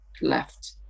left